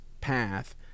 path